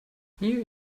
new